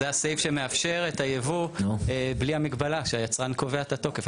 זה הסעיף שמאפשר את הייבוא בלי המגבלה שהיצרן קובע את התוקף.